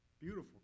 beautiful